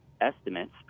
estimates